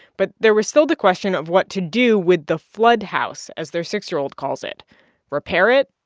but there was still the question of what to do with the flood house, as their six year old calls it repair it?